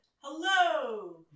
Hello